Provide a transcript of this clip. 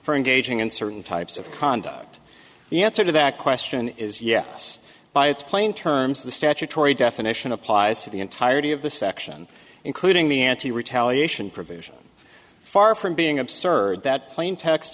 for engaging in certain types of conduct the answer to that question is yes by its plain terms the statutory definition applies to the entirety of the section including the anti retaliation provision far from being absurd that plain text